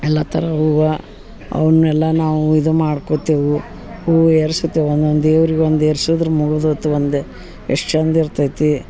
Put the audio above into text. ಎಲ್ಲ ಥರ ಹೂವು ಅವನ್ನೆಲ್ಲ ನಾವು ಇದು ಮಾಡ್ಕೊತಿವು ಹೂ ಏರ್ಸತೆ ಒಂದೊಂದು ದೇವ್ರಿಗೆ ಒಂದು ಏರ್ಸದ್ರೆ ಮುಗ್ದೋತು ಒಂದೇ ಎಷ್ಟು ಚಂದ ಇರ್ತೈತಿ